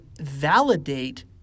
validate